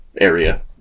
area